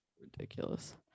Ridiculous